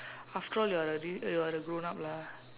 after all you are a r~ you are a grown up lah